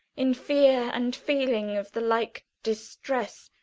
in fear and feeling of the like distress